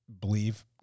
believe